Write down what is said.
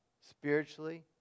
spiritually